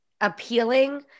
appealing